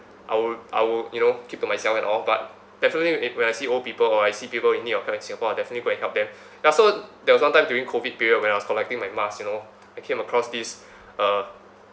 I will I will you know keep to myself and all but definitely it when I see old people or I see people in need of help in singapore I'll definitely go and help them ya so there was one time during COVID period when I was collecting my mask you know I came across this uh